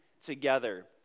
together